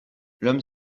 l’homme